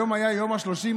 היום היה יום השלושים,